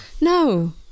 No